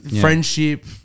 friendship